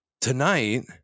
tonight